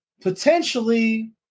potentially